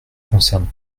concerne